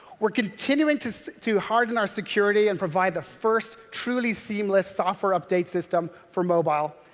we're continuing to to harden our security and provide the first truly seamless software update system for mobile.